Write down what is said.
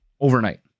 overnight